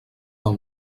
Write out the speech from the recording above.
del